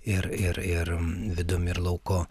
ir ir ir vidum ir lauku